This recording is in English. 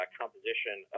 composition